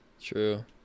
True